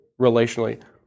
relationally